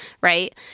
right